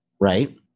right